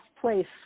place